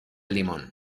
limón